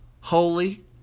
holy